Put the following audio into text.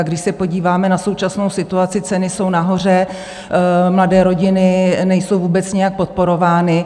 Když se podíváme na současnou situaci, ceny jsou nahoře, mladé rodiny nejsou vůbec nějak podporovány.